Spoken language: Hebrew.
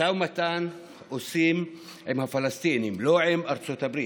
משא ומתן עושים עם הפלסטינים, לא עם ארצות הברית.